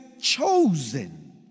chosen